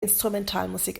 instrumentalmusik